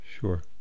sure